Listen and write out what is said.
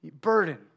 burden